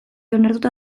onartuta